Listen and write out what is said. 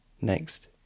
Next